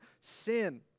sin